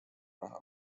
näha